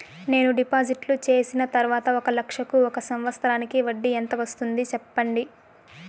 నేను డిపాజిట్లు చేసిన తర్వాత ఒక లక్ష కు ఒక సంవత్సరానికి వడ్డీ ఎంత వస్తుంది? సెప్పండి?